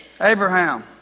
Abraham